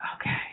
okay